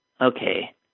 Okay